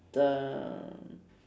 the